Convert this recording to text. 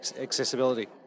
accessibility